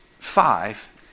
Five